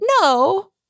no